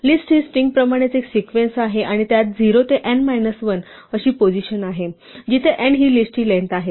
list ही स्ट्रिंगप्रमाणेच एक सिक्वेन्स आहे आणि त्यात 0 ते n मायनस 1 अशी पोझिशन आहे जिथे n हि लिस्टची लेंग्थ आहे